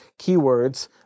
keywords